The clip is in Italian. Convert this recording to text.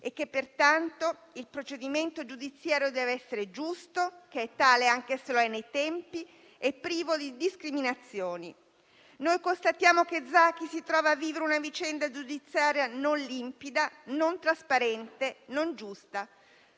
pertanto, il procedimento giudiziario dev'essere giusto - è tale, se lo è anche nei tempi - e privo di discriminazioni. Constatiamo che Zaki si trova a vivere una vicenda giudiziaria non limpida, non trasparente e non giusta.